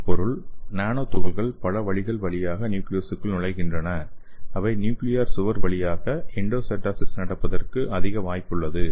இதன் பொருள் நானோ துகள்கள் பல வழிகள் வழியாக நியூக்லியசுக்குள் நுழைகின்றன அவை நியூக்லியார் சுவர் வழியாக எண்டோசைட்டோசிஸ் நடப்பதற்கு அதிக வாய்ப்புள்ளது